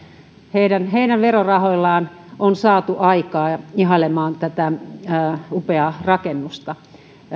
heidän heidän verorahoillaan on saatu aikaan ja ihailemaan tätä upeaa rakennusta